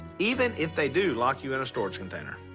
even if they do lock you in a storage container.